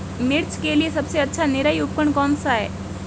मिर्च के लिए सबसे अच्छा निराई उपकरण कौनसा है?